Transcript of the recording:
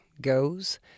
goes